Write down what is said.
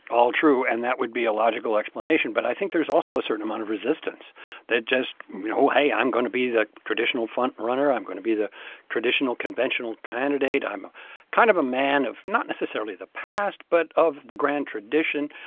all true, and that would be a logical explanation. but i think there's also a certain amount of resistance that just you know, hey. i'm going to be the traditional frontrunner. i'm going to be the traditional, conventional traditional, conventional candidate. i'm kind of a man of not necessarily the past, but of the grand tradition.